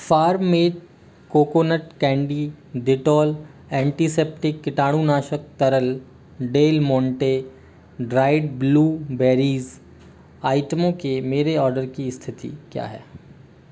farm made coconut candy Dettol antiseptic किटाणुनाशक तरल Del Monte dried blueberries आइटमों के मेरे ऑर्डर की स्थिती क्या है